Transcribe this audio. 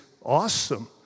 awesome